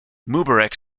mubarak